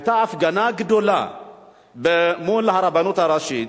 היתה הפגנה גדולה מול הרבנות הראשית,